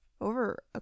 over